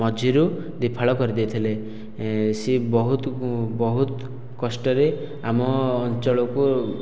ମଝିରୁ ଦିଫାଳ କରିଦେଇଥିଲେ ସେ ବହୁତ ବହୁତ କଷ୍ଟରେ ଆମ ଅଞ୍ଚଳକୁ